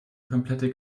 komplette